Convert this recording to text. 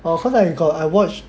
oh cause I got I watch